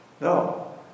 No